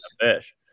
fish